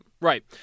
Right